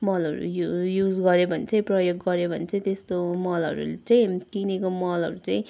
मलहरू यु युज गऱ्यो भने चाहिँ प्रयोग गऱ्यो भने चाहिँ त्यस्तो मलहरू चाहिँ किनेको मलहरू चाहिँ